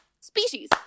Species